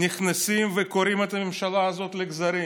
נכנסים וקורעים את הממשלה הזאת לגזרים,